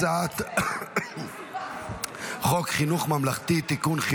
הצעת חוק חינוך ממלכתי (תיקון,